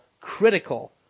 critical